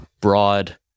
broad